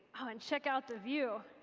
ah and check out the view.